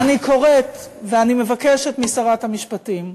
אני קוראת ואני מבקשת משרת המשפטים: